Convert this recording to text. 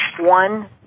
one